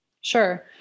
sure